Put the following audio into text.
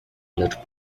lecz